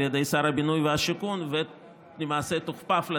ידי שר הבינוי והשיכון ולמעשה תוכפף לה,